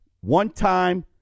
one-time